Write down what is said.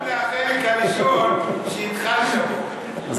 מה שחשוב לי, החלק הראשון שהתחלת בו.